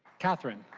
catherine.